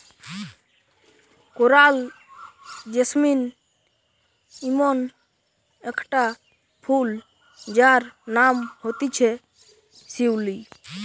coral jasmine ইমন একটা ফুল যার নাম হতিছে শিউলি